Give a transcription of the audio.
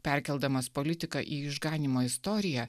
perkeldamas politiką į išganymo istoriją